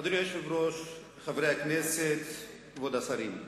אדוני היושב-ראש, חברי הכנסת, כבוד השרים,